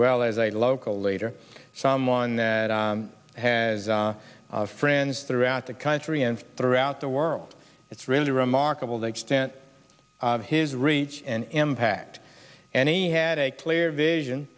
well as a local later someone that has friends throughout the country and throughout the world it's really remarkable the extent of his reach and impact and he had a clear vision